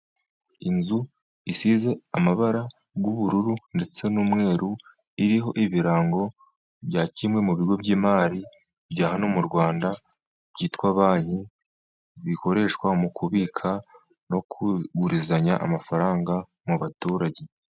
Inzu isize amabara y'ubururu ndetse n'umweru, iriho ibirango bya kimwe mu bigo by'imari bya hano mu Rwanda, byitwa banki, bikoreshwa mu kubika no kugurizanya amafaranga mu baturage.